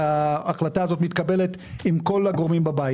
שההחלטה הזאת מתקבלת עם כל הגורמים בבית.